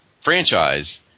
franchise